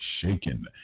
Shaken